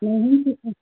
नही सीखें